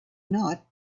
not